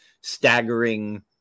staggering